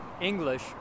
English